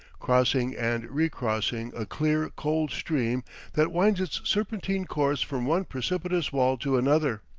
crossing and recrossing a clear, cold stream that winds its serpentine course from one precipitous wall to another.